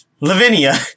Lavinia